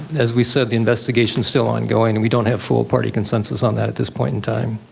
as we said, the investigation's still ongoing and we don't have full ah party consensus on that at this point in time.